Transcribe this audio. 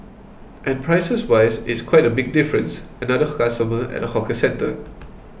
and prices wise it's quite a big difference another customer at a hawker centre